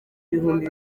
ibihumbi